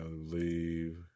leave